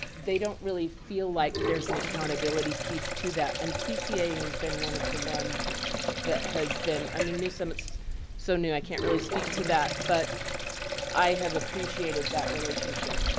they don't really feel like there's an accountability piece to that. and tca has been one of the ones that has been i mean new summit's so new, i can't really speak to that. but i have appreciated that relationship,